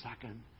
second